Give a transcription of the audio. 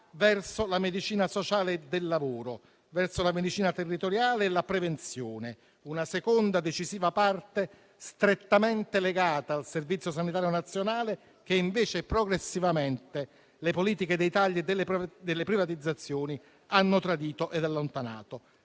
verso la medicina sociale e del lavoro, verso la medicina territoriale e la prevenzione, una seconda decisiva parte strettamente legata al Servizio sanitario nazionale che, invece, progressivamente, le politiche dei tagli e delle privatizzazioni hanno tradito e allontanato.